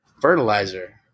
Fertilizer